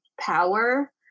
power